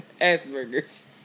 Asperger's